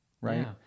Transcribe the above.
right